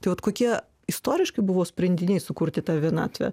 tai vat kokie istoriškai buvo sprendiniai sukurti tą vienatvę